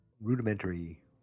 rudimentary